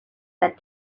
that